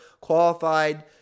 qualified